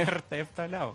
ir taip toliau